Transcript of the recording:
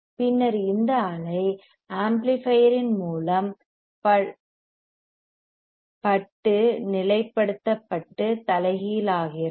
பின்னர் இந்த அலை ஆம்ப்ளிபையர் மூலம் பட்டு நிலைப்படுத்தப்பட்டு தலைகீழாகிறது